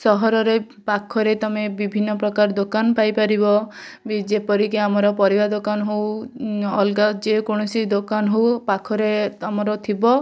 ସହରରେ ପାଖରେ ତମେ ବିଭିନ୍ନ ପ୍ରକାର ଦୋକାନ ପାଇପାରିବ ବି ଯେପରିକି ଆମର ପରିବା ଦୋକାନ ହଉ ଅଁ ଅଲଗା ଯେକୌଣସି ଦୋକାନ ହଉ ପାଖରେ ତମର ଥିବ